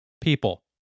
People